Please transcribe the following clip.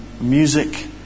music